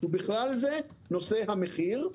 ובכלל זה נושא המחיר,